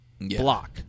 block